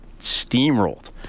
steamrolled